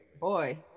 Boy